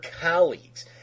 colleagues